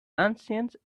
ancient